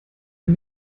ein